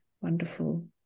wonderful